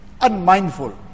unmindful